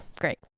great